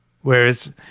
Whereas